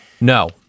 no